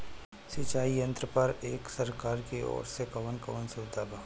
सिंचाई यंत्रन पर एक सरकार की ओर से कवन कवन सुविधा बा?